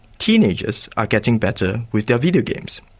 teenagers are getting better with their videogames,